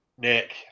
Nick